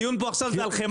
הדיון עכשיו זה על חמאה,